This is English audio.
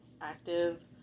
active